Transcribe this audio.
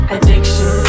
Addiction